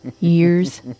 years